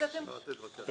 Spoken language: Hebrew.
אז אתם --- רגע,